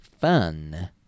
fun